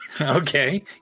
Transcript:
Okay